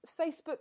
facebook